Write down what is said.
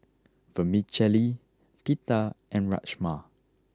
Vermicelli Pita and Rajma